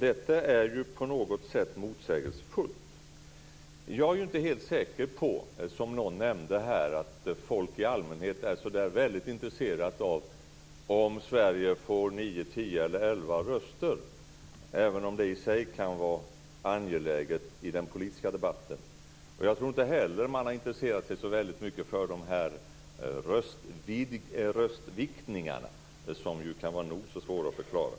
Detta är på något sätt motsägelsefullt. Jag är inte helt säker på att folk i allmänhet är så väldigt intresserade av om Sverige får nio, tio eller elva röster, som någon nämnde här, även om det i sig kan vara angeläget i den politiska debatten. Jag tror inte heller att man har intresserat sig så väldigt mycket för röstviktningarna, som kan vara nog så svåra att förklara.